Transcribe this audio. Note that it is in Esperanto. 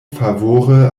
favore